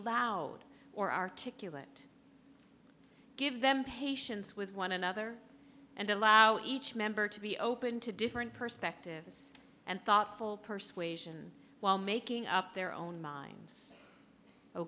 loud or articulate give them patience with one another and allow each member to be open to different perspective and thoughtful persuasion while making up their own minds oh